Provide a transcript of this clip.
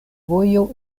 vojo